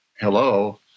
hello